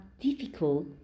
difficult